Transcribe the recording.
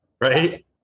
Right